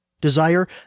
desire